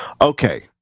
okay